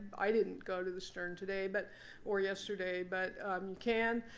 i didn't go to the stern today but or yesterday, but you can.